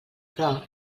però